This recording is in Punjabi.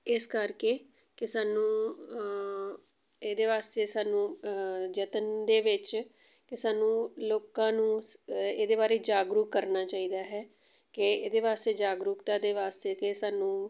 ਇਸ ਕਰਕੇ ਕਿ ਸਾਨੂੰ ਇਹਦੇ ਵਾਸਤੇ ਸਾਨੂੰ ਯਤਨ ਦੇ ਵਿੱਚ ਅਤੇ ਸਾਨੂੰ ਲੋਕਾਂ ਨੂੰ ਇਹਦੇ ਬਾਰੇ ਜਾਗਰੂਕ ਕਰਨਾ ਚਾਹੀਦਾ ਹੈ ਕਿ ਇਹਦੇ ਵਾਸਤੇ ਜਾਗਰੂਕਤਾ ਦੇ ਵਾਸਤੇ ਅਤੇ ਸਾਨੂੰ